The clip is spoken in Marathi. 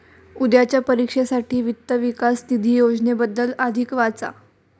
उद्याच्या परीक्षेसाठी वित्त विकास निधी योजनेबद्दल अधिक वाचा